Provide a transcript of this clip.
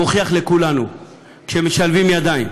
מוכיח לכולנו שכשמשלבים ידיים,